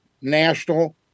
national